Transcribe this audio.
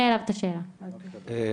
מאוד.